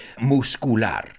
muscular